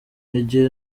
igihe